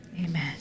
Amen